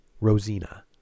Rosina